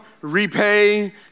repay